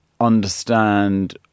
understand